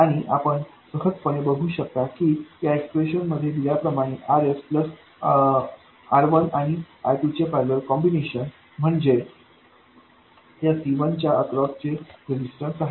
आणि आपण सहजपणे बघू शकता की या एक्स्प्रेशन मध्ये दिल्याप्रमाणे RSप्लस R1आणिR2चे पैरलेल कॉम्बिनेशन म्हणजे या C1च्या अक्रॉस चे रेझिस्टन्स आहे